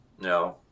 No